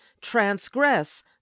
transgress